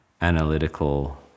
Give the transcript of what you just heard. analytical